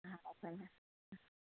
हा भले हा